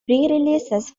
releases